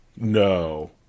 No